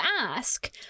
ask